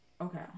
Okay